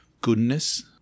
goodness